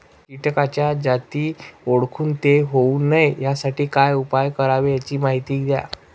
किटकाच्या जाती ओळखून ते होऊ नये यासाठी काय उपाय करावे याची माहिती द्या